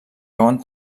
veuen